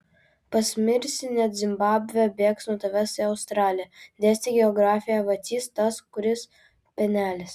pasmirsi net zimbabvė bėgs nuo tavęs į australiją dėstė geografiją vacys tas kuris penelis